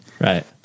right